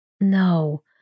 No